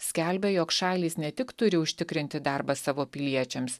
skelbia jog šalys ne tik turi užtikrinti darbą savo piliečiams